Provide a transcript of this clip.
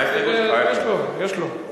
יש לך